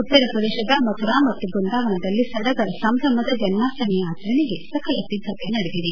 ಉತ್ತರ ಪ್ರದೇಶದ ಮಥುರಾ ಮತ್ತು ಬೃಂದಾವನದಲ್ಲಿ ಸಡಗರ ಸಂಭ್ರಮದ ಜನ್ಮಾಷ್ಟಮಿ ಆಚರಣೆಗೆ ಸಕಲ ಸಿದ್ದತೆ ನಡೆದಿದೆ